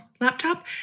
laptop